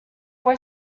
fue